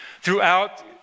throughout